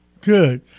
good